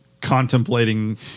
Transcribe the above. contemplating